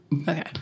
Okay